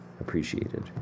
appreciated